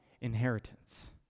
inheritance